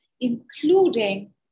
including